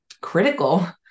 critical